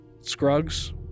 Scruggs